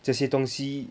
这些东西